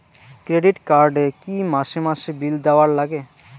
Credit card এ কি মাসে মাসে বিল দেওয়ার লাগে?